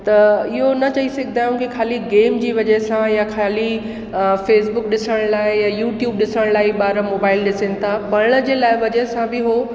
त इहो न चई सघंदा आहियूं कि खाली गेम जी वजह सां या खाली फेसबुक ॾिसण लाइ या यूट्यूब ॾिसण लाइ ई ॿार मोबाइल ॾिसनि था पढ़ण जे लाइ बि वजह सां बि हो